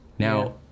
Now